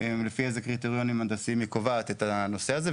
אין אחידות של הקריטריונים שלפיהם היא קובעת את זה.